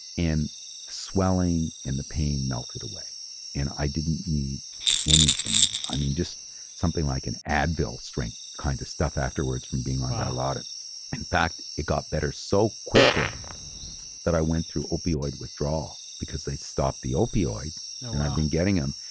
and swelling and the pain melted away and i didn't need anything. i mean just something like an advil strength kind of stuff afterwards from being on dilaudid. in fact, it got better so quickly that i went through opioid withdrawal because they stopped the opioids and i've been getting them.